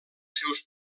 seus